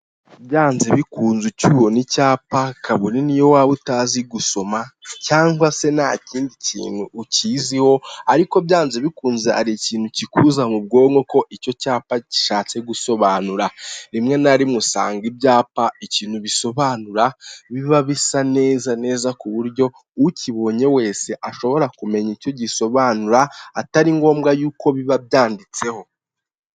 Byanze bikunze ucyinona icyapa kabone niyo waba utazi gusoma, cyangwa se nta kindi kintu ukiziho, ariko byanze bikunze hari ikintu kikuza mu bwonko ko icyo cyapa gishatse gusobanura. Rimwe na rimwe usanga ibyapa ikintu bisobanura, biba bisa neza neza ku buryo ukibonye wese ashobora kumenya icyo gisobanura atari ngombwa yuko biba byanditseho.